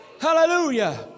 Hallelujah